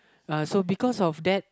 uh so because of that